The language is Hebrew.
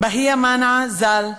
בהייה מנאע ז"ל,